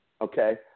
okay